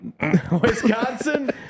Wisconsin